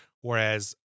Whereas